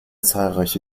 zahlreiche